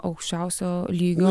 aukščiausio lygio